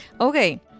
Okay